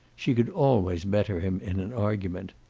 she could always better him in an argument.